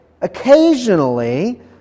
Occasionally